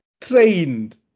trained